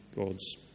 God's